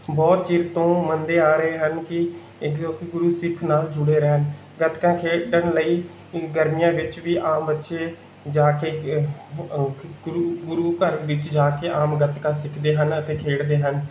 ਬਹੁਤ ਚਿਰ ਤੋਂ ਮੰਨਦੇ ਆ ਰਹੇ ਹਨ ਕਿ ਗੁਰੂ ਸਿੱਖ ਨਾਲ ਜੁੜੇ ਰਹਿਣ ਗੱਤਕਾ ਖੇਡਣ ਲਈ ਗਰਮੀਆਂ ਵਿੱਚ ਵੀ ਆਮ ਬੱਚੇ ਜਾ ਕੇ ਗੁਰੂ ਗੁਰੂ ਘਰ ਵਿੱਚ ਜਾ ਕੇ ਆਮ ਗੱਤਕਾ ਸਿੱਖਦੇ ਹਨ ਅਤੇ ਖੇਡਦੇ ਹਨ